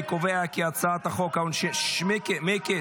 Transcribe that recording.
אני קובע כי הצעת חוק העונשין, מיקי.